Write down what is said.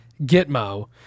Gitmo